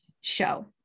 show